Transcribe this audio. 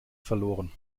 verloren